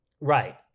Right